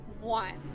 one